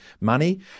money